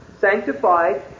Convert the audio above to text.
sanctified